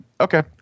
Okay